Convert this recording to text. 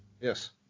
Yes